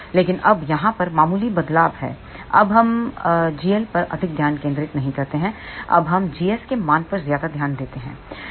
लेकिन अब यहां पर मामूली बदलाव हैअब हम अब gl पर अधिक ध्यान केंद्रित नहीं करते हैं अब हम gs के मान पर ज्यादा ध्यान देते है